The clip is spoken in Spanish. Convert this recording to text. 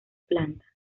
plantas